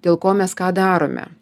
dėl ko mes ką darome